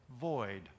void